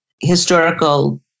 historical